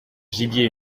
gibier